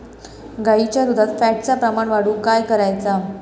गाईच्या दुधात फॅटचा प्रमाण वाढवुक काय करायचा?